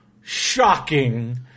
shocking